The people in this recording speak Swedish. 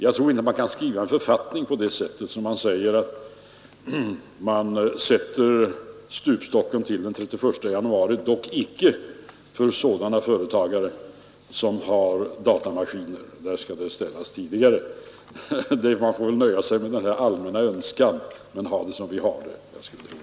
Jag tror inte man kan skriva en författning på det sättet, att stupstocken skall vara den 31 januari, dock icke för sådana företagare som har datamaskin — de skall leverera tidigare. Man får väl nöja sig med denna allmänna önskan men låta förhållandena vara som de nu är.